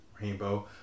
rainbow